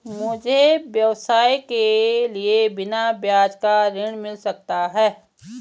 मुझे व्यवसाय के लिए बिना ब्याज का ऋण मिल सकता है?